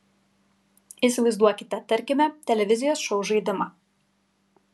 įsivaizduokite tarkime televizijos šou žaidimą